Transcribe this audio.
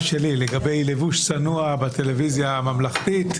שלי לגבי לבוש צנוע בטלוויזיה הממלכתית,